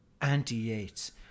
anti-Yates